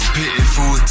pitiful